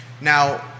Now